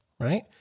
right